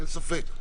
אין ספק,